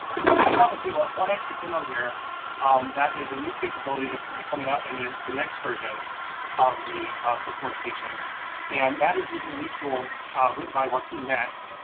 so i do wanna do one extra demo here um that is a new capability that's gonna be coming up in ah the next version of the sift workstation and that is using new tool rid by joachim metz,